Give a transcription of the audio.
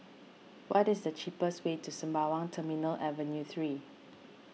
what is the cheapest way to Sembawang Terminal Avenue three